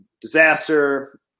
disaster